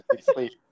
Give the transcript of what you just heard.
sleep